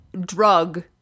drug